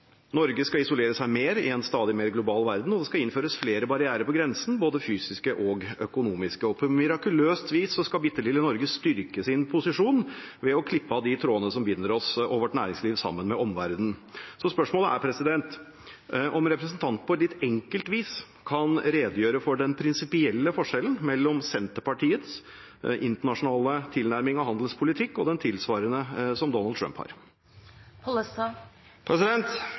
Norge skal isolere seg mer i en stadig mer global verden, og det skal innføres flere barrierer på grensen, både fysiske og økonomiske. På mirakuløst vis skal bitte lille Norge styrke sin posisjon ved å klippe av de trådene som binder oss og vårt næringsliv sammen med omverdenen. Så spørsmålet er om representanten på et litt enkelt vis kan redegjøre for den prinsipielle forskjellen mellom Senterpartiets internasjonale tilnærming til handelspolitikk og den tilsvarende som Donald